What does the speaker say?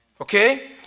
Okay